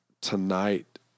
tonight